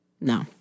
No